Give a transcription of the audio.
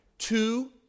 Two